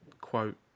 quote